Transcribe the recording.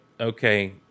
okay